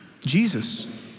Jesus